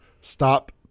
stop